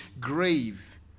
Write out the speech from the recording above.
grave